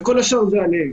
וכל השאר זה עליהם.